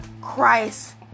Christ